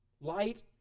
Light